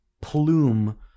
plume